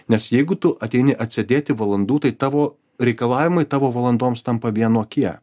nes jeigu tu ateini atsėdėti valandų tai tavo reikalavimai tavo valandoms tampa vienokie